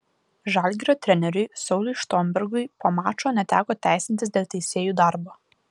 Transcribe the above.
žalgirio treneriui sauliui štombergui po mačo neteko teisintis dėl teisėjų darbo